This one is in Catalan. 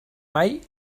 mai